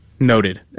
Noted